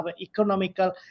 economical